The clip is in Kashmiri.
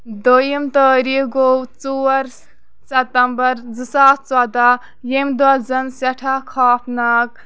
دوٚیِم تٲریخ گوو ژور سَتمبر زٕ ساس ژۄداہ ییٚمہِ دۄہ زن سیٹھاہ خوفناک